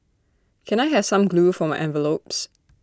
can I have some glue for my envelopes